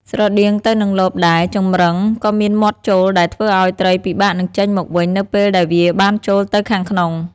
ស្រដៀងទៅនឹងលបដែរ ចម្រឹងក៏មានមាត់ចូលដែលធ្វើឲ្យត្រីពិបាកនឹងចេញមកវិញនៅពេលដែលវាបានចូលទៅខាងក្នុង។